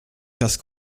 casse